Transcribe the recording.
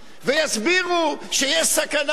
ויסבירו שיש סכנה.